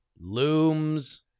looms